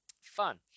fun